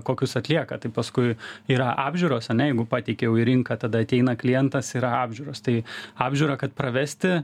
kokius atlieka tai paskui yra apžiūros ane jeigu pateiki jau į rinką tada ateina klientas yra apžiūros tai apžiūrą kad pravesti